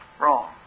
Wrong